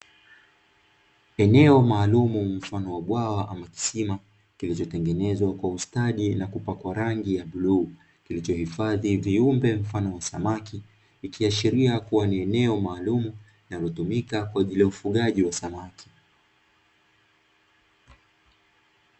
Eneo maalumu mfano wa bwawa ama kisima, kilichotengenezwa kwa ustadi na kupakwa rangi ya bluu, kilichohifadhi viumbe mfano wa samaki, likiashiria kuwa ni eneo maalumu, linalotumika kwa ajili ya ufugaji wa samaki.